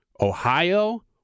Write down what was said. Ohio